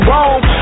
Rome